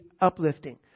uplifting